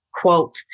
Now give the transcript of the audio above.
quote